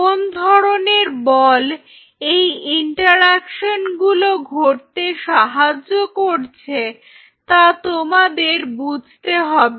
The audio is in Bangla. কোন্ ধরনের বল এই ইন্টারঅ্যাকশনগুলো ঘটতে সাহায্য করছে তা তোমাদের বুঝতে হবে